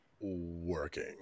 working